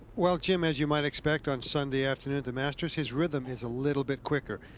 well, jim, as you might expect on sunday afternoon at the masters. his rhythm is a little bit quicker.